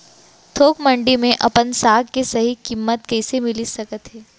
थोक मंडी में अपन साग के सही किम्मत कइसे मिलिस सकत हे?